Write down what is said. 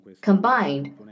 combined